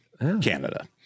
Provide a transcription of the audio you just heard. Canada